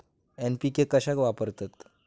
NPK कशाक वापरतत?